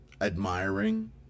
admiring